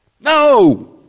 No